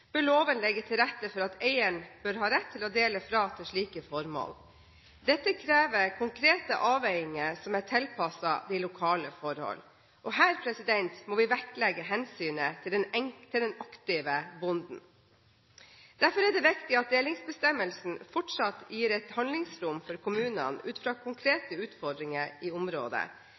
loven legge til rette for at eieren bør ha rett til å dele fra til slike formål. Dette krever konkrete avveininger som er tilpasset de lokale forhold, og her må vi vektlegge hensynet til den aktive bonden. Derfor er det viktig at delingsbestemmelsen fortsatt gir et handlingsrom for kommunene ut fra konkrete utfordringer i området,